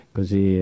Così